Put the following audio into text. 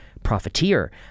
profiteer